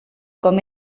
com